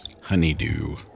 Honeydew